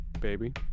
baby